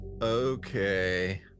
Okay